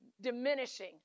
diminishing